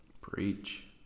Preach